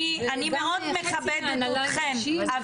אני מאוד מכבדת אתכן,